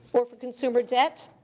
for for consumer debt,